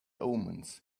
omens